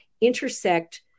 intersect